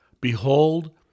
Behold